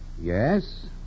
Yes